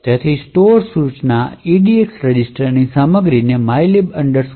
તેથી સ્ટોર સૂચના EDX રજિસ્ટરની સામગ્રીને mylib int